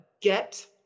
get